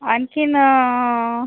आणखी